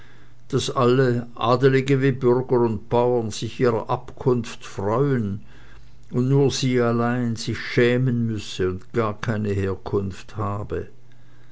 daß alle adelige wie bürger und bauern sich ihrer abkunft freuen und nur sie allein sich schämen müsse und gar keine herkunft habe